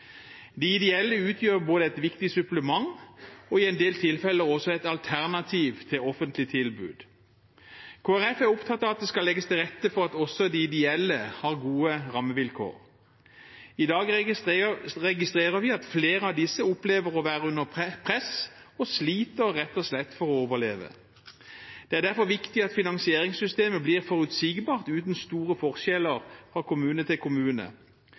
De ideelle utgjør både et viktig supplement og i en del tilfeller også et alternativ til offentlige tilbud. Kristelig Folkeparti er opptatt av at det skal legges til rette for at også de ideelle har gode rammevilkår. I dag registrerer vi at flere av disse opplever å være under press og sliter rett og slett for å overleve. Det er derfor viktig at finansieringssystemet blir forutsigbart, uten store forskjeller fra kommune til kommune.